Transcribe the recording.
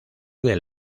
del